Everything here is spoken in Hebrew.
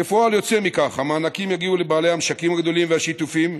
כפועל יוצא מכך המענקים יגיעו לבעלי המשקים הגדולים והשיתופיים,